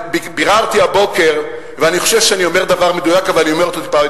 ביררתי הבוקר, ואני חושב שאני אומר דבר מדויק, אבל